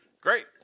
great